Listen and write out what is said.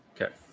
okay